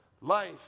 life